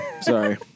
Sorry